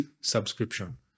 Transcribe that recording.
subscription